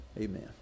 Amen